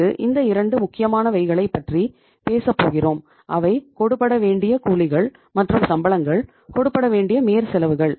பிறகு இந்த இரண்டு முக்கியமானவைகளை பற்றி பேசப்போகிறோம் அவை கொடுபடவேண்டிய கூலிகள் மற்றும் சம்பளங்கள் கொடுபடவேண்டிய மேற்செலவுகள்